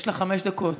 יש לך חמש דקות.